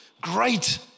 Great